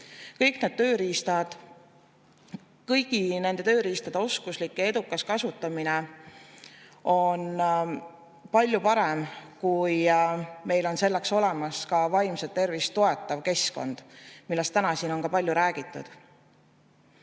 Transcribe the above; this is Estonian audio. toonuses hoida. Kõigi nende tööriistade oskuslik ja edukas kasutamine on palju parem, kui meil on selleks olemas ka vaimset tervist toetav keskkond, millest täna siin on palju räägitud.